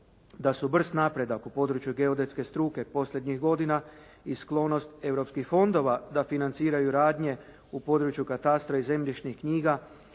da su brz napredak u području geodetske struke posljednjih godina i sklonost europskih fondova da financiraju radnje u području katastra i zemljišnih knjiga